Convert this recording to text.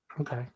Okay